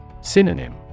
Synonym